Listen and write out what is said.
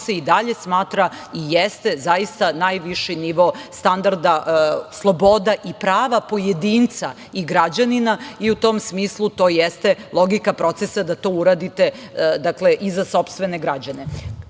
i dalje smatra i jeste najviši nivo standarda sloboda i prava pojedinca i građanina i u tom smislu to jeste logika procesa da to uradite, dakle, i za sopstvene građane. Šta